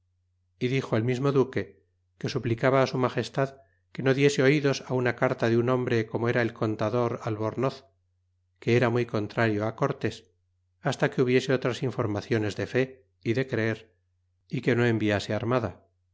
y dixo el mismo duque que suplicaba á su magestad que no diese oidos á una carta de un hombre como era el contador albornoz que era muy contrario á cortés hasta que hubiese otras informaciones de fé y de creer y que no enviase armada